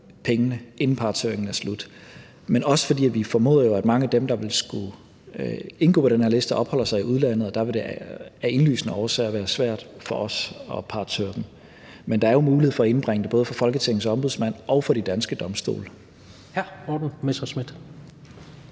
penge, inden partshøringen er slut, men også fordi vi formoder, at mange af dem, der vil skulle på den her liste, opholder sig i udlandet, og der vil det af indlysende årsager være svært for os at partshøre dem. Men der er jo mulighed for at indbringe det for både Folketingets Ombudsmand og de danske domstole. Kl. 15:57 Tredje